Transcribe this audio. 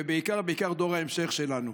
ובעיקר בעיקר דור ההמשך שלנו.